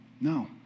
No